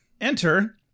Enter